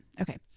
Okay